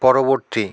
পরবর্তী